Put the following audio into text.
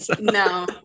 no